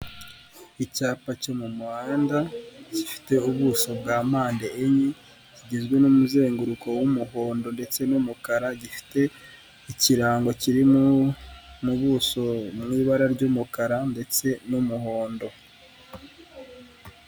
Icyapa cyo mu muhanda gifite ubuso bwa mpande enye kigizwe n'umuzenguruko w'umuhondo ndetse n'umukara, gifite ikirango kiri mu buso mu ibara ry'umukara ndetse n'umuhondo.